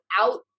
out